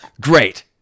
Great